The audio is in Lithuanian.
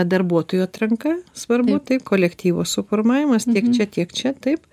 darbuotojų atranka svarbu taip kolektyvo suformavimas tiek čia tiek čia taip